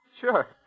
Sure